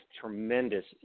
tremendous